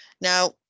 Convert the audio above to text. now